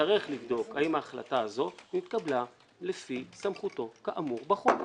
נצטרך לבדוק האם ההחלטה הזו נתקבלה לפי סמכותו כאמור בחוק.